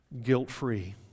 guilt-free